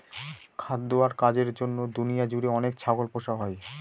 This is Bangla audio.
খাদ্য আর কাজের জন্য দুনিয়া জুড়ে অনেক ছাগল পোষা হয়